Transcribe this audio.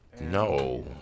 No